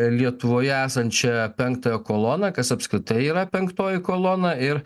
lietuvoje esančią penktąją koloną kas apskritai yra penktoji kolona ir